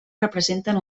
representen